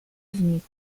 smith